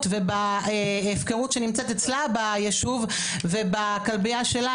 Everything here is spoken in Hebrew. ובהפקרות שנמצאת אצלה ביישוב ובכלבייה שלה,